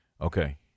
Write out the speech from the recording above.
okay